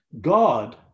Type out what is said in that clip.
God